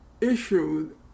issued